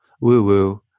woo-woo